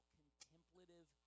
contemplative